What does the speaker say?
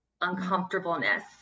uncomfortableness